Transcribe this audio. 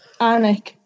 Anik